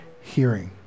hearing